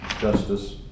justice